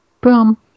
Boom